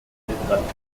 literatur